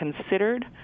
considered